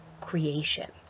creation